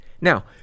Now